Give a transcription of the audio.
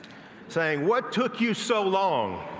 saying what took you so long?